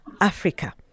africa